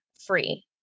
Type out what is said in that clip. free